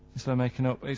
insteada making up.